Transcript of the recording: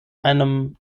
einem